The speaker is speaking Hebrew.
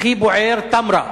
הכי בוער, תמרה.